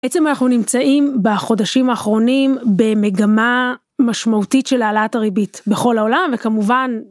בעצם אנחנו נמצאים בחודשים האחרונים במגמה משמעותית של העלאת הריבית בכל העולם, וכמובן...